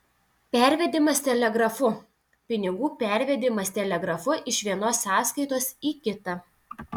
pervedimas telegrafu pinigų pervedimas telegrafu iš vienos sąskaitos į kitą